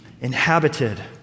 inhabited